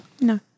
No